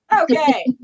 Okay